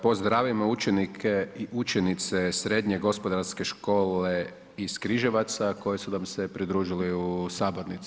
Pozdravimo učenike i učenice srednje Gospodarske škole iz Križevaca koji su nam se pridružili u sabornici.